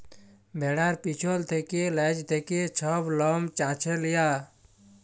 ভেড়ার পিছল থ্যাকে লেজ থ্যাকে ছব লম চাঁছে লিয়া